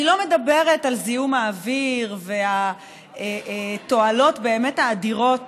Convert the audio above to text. אני לא מדברת על זיהום האוויר והתועלות הבאמת-אדירות